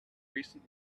recent